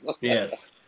Yes